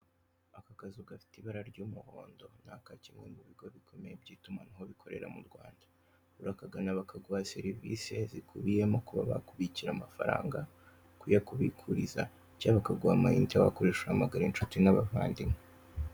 Aka kazu gafite ibara ry'umuhondo, naka kimwe mu bigo bikomeye by'itumanaho bikorera mu Rwanda. Urakagana bakaguhe serivise zikubiyemo kuba bakubikira amafaranga, kuyakubikuriza, cyangwa bakaguha ama inite urakoresha uhamagara inshuti n'abavandimwe.